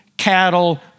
cattle